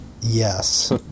Yes